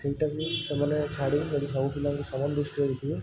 ସେଇଟାକୁ ସେମାନେ ଛାଡ଼ି ଯଦି ସବୁ ପିଲାଙ୍କୁ ସମାନ ଦ୍ରୁଷ୍ଟିରେ ଦେଖିବେ